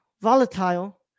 volatile